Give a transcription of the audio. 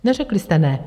Neřekli jste ne.